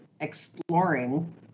exploring